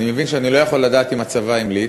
אני מבין שאני לא יכול לדעת אם הצבא המליץ,